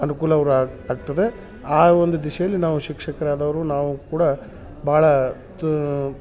ಅನುಕೂಲ ಅವರು ಆಗ ಆಗ್ತದೆ ಆ ಒಂದು ದಿಶೆಯಲ್ಲಿ ನಾವು ಶಿಕ್ಷಕರಾದವರು ನಾವು ಕೂಡ ಭಾಳಾ ತೂ